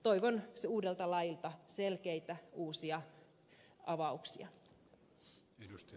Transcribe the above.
toivon uudelta lailta selkeitä uusia avauksia